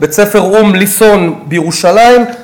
"אום ליסון" בירושלים,